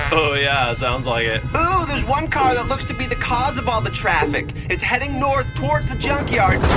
ah oh, yeah, sounds like it ooh, there's one car that looks to be the cause of all the traffic. it's heading north toward the junkyard oh,